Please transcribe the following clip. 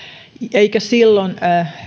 eikä silloin